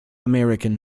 american